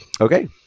Okay